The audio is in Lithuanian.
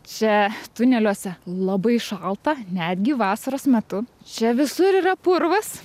čia tuneliuose labai šalta netgi vasaros metu čia visur yra purvas